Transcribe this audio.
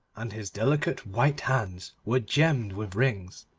and his delicate white hands were gemmed with rings.